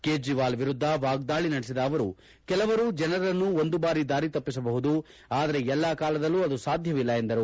ಕೇಜ್ರೀವಾಲ್ ವಿರುದ್ದ ವಾಗ್ದಾಳಿ ನಡೆಸಿದ ಅವರು ಕೆಲವರು ಜನರನ್ನು ಒಂದು ಬಾರಿ ದಾರಿ ತಪ್ಪಿಸಬಹುದು ಆದರೆ ಎಲ್ಲ ಕಾಲದಲ್ಲೂ ಅದು ಸಾಧ್ಯವಿಲ್ಲ ಎಂದರು